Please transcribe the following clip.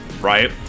right